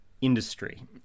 industry